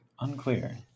Unclear